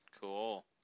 Cool